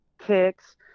kicks